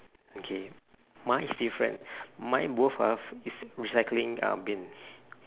okay mine is different mine both ah is recycling bins